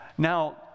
Now